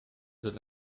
dod